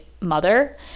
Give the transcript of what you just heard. mother